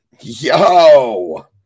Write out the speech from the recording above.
yo